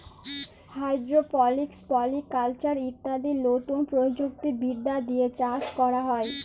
hydroponics, polyculture ইত্যাদি লতুন প্রযুক্তি বিদ্যা দিয়ে চাষ ক্যরা হ্যয়